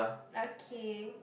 okay